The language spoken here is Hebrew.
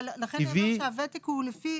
אבל לכן נאמר שהוותק הוא לפי,